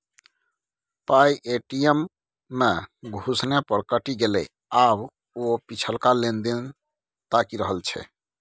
पाय ए.टी.एम मे घुसेने पर कटि गेलै आब ओ पिछलका लेन देन ताकि रहल छै